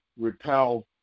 repel